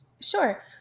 Sure